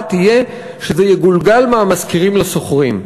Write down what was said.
תהיה שזה יגולגל מהמשכירים לשוכרים.